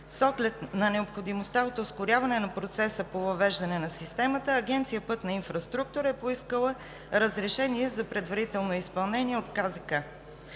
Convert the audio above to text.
С оглед на необходимостта от ускоряване на процеса по въвеждане на системата Агенция „Пътна инфраструктура“ е поискала разрешение за предварително изпълнение от КЗК.